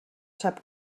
sap